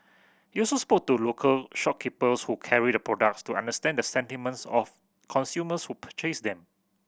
you also spoke to local shopkeepers who carried the products to understand the sentiments of consumers who purchased them